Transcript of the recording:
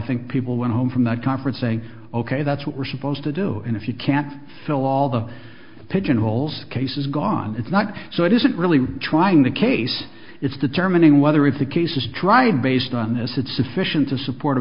think people went home from that conference saying ok that's what we're supposed to do and if you can't fill all the pigeonholes cases gone it's not so it isn't really trying the case it's determining whether it's a case is tried based on this it's sufficient to support a